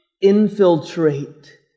infiltrate